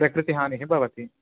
प्रकृतिहानिः भवति